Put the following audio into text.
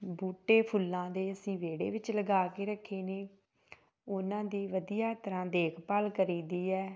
ਬੂਟੇ ਫੁੱਲਾਂ ਦੇ ਅਸੀਂ ਵੇਹੜੇ ਵਿੱਚ ਲਗਾ ਕੇ ਰੱਖੇ ਨੇ ਉਹਨਾਂ ਦੀ ਵਧੀਆ ਤਰ੍ਹਾਂ ਦੇਖਭਾਲ ਕਰੀਦੀ ਹੈ